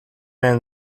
ein